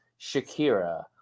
shakira